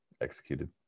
executed